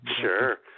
Sure